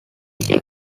ship